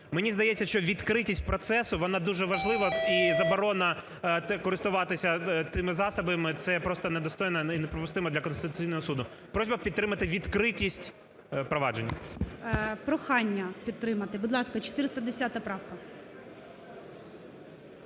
Мені здається, що відкритість процесу вона дуже важлива, і заборона користуватися цими засобами – це просто недостойно і неприпустимо для Конституційного Суду. Просьба підтримати відкритість проваджень. ГОЛОВУЮЧИЙ. Прохання підтримати. Будь ласка, 410 правка.